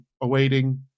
awaiting